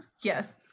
Yes